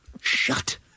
Shut